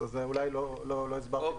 אולי לא הסברתי את עצמי טוב.